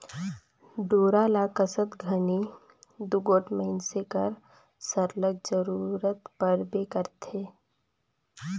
डोरा ल कसत घनी दूगोट मइनसे कर सरलग जरूरत परबे करथे